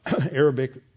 Arabic